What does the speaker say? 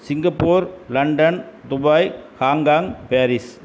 Singapore London Dubai Hong Kong Paris